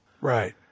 Right